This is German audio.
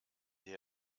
der